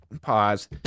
pause